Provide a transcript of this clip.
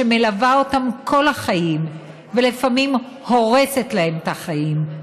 שמלווה אותם כל החיים ולפעמים הורסת להם את החיים.